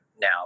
now